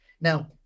now